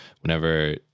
whenever